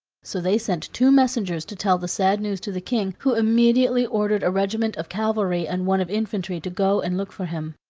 so they sent two messengers to tell the sad news to the king, who immediately ordered a regiment of cavalry and one of infantry to go and look for him.